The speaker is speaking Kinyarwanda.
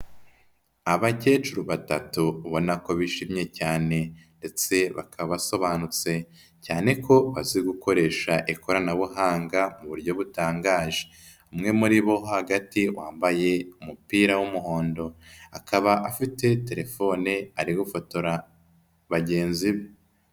Abakecuru batatu ubona ko bishimye cyane ndetse bakaba basobanutse cyane ko bazi gukoresha ikoranabuhanga mu buryo butangaje. Umwe muri bo hagati yambaye umupira w'umuhondo akaba afite telefone ari gufotora bagenzi be.